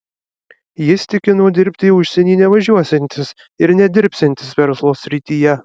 jis tikino dirbti į užsienį nevažiuosiantis ir nedirbsiantis verslo srityje